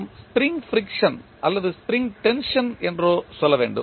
நாம் spring friction அல்லது spring tension என்றோ சொல்ல வேண்டும்